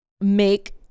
make